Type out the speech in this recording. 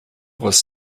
was